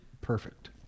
perfect